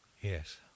Yes